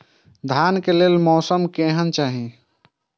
धान के लेल मौसम केहन चाहि?